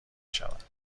شوند